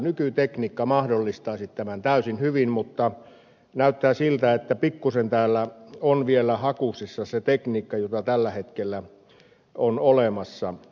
nykytekniikka mahdollistaisi tämän täysin hyvin mutta näyttää siltä että pikkuisen täällä on vielä hakusessa se tekniikka joka tällä hetkellä on olemassa